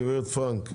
גברת פרנק,